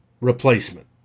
replacement